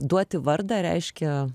duoti vardą reiškia